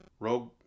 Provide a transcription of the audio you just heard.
Rogue